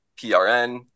PRN